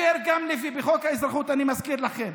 גם בחוק האזרחות אני מזכיר לכם,